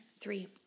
three